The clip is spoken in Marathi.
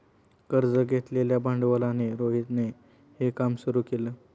कर्ज घेतलेल्या भांडवलाने रोहितने हे काम सुरू केल